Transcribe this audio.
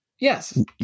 Yes